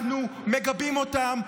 אנחנו מגבים אותם.